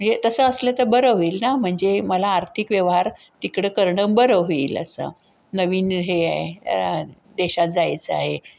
म्हणजे तसं असलं तर बरं होईल ना म्हणजे मला आर्थिक व्यवहार तिकडं करणं बरं होईल असं नवीन हे आहे देशात जायचं आहे